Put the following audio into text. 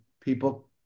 people